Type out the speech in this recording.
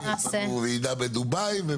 יש לנו ועידה בדובאי.